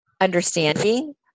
understanding